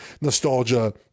nostalgia